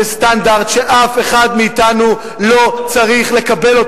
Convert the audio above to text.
זה סטנדרד שאף אחד מאתנו לא צריך לקבל.